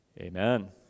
amen